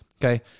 Okay